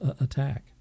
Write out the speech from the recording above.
attack